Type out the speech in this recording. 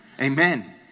Amen